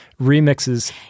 remixes